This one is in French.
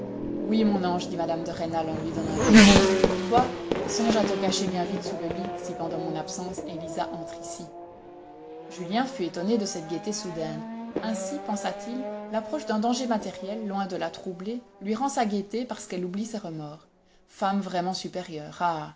oui mon ange dit mme de rênal en lui donnant un baiser toi songé à te cacher bien vite sous le lit si pendant mon absence élisa entre ici julien fut étonné de cette gaieté soudaine ainsi pensa-t-il l'approche d'un danger matériel loin de la troubler lui rend sa gaieté parce qu'elle oublie ses remords femme vraiment supérieure ah